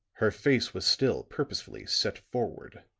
her face was still purposefully set forward.